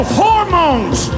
hormones